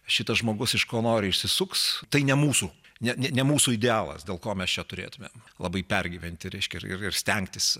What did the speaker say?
šitas žmogus iš ko nori išsisuks tai ne mūsų ne ne ne mūsų idealas dėl ko mes čia turėtumėm labai pergyventi reiškia ir ir stengtis